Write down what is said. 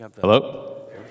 Hello